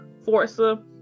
Forza